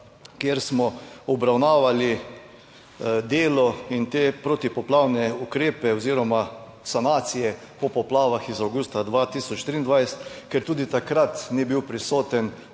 kjer smo obravnavali delo in te protipoplavne ukrepe oziroma sanacije po poplavah iz avgusta 2023, ker tudi takrat ni bil prisoten